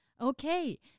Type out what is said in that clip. Okay